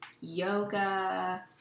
yoga